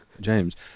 James